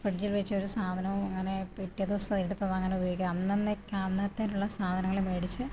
ഫ്രിഡ്ജിൽ വച്ച ഒരു സാധനവും അങ്ങനെ പിറ്റേ ദിവസം എടുത്ത് അത് അങ്ങനെ ഉപയോഗിക്കുക അന്നന്നൊക്കെ അന്നത്തേനുള്ള സാധനങ്ങൾ മേടിച്ച്